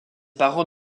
parents